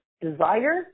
desire